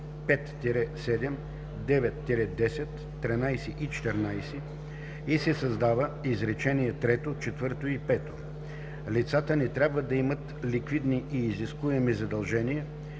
5-7, 9-10, 13 и 14“ и се създава изречение трето, четвърто и пето: „Лицата не трябва да имат ликвидни и изискуеми задължения,